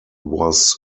was